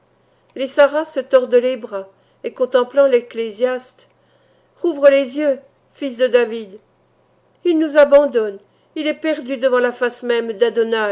les saras se tordent les bras et contemplant l'ecclésiaste rouvre les yeux fils de david il nous abandonne il est perdu devant la face même